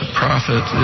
profit